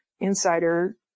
insider